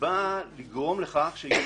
שכיר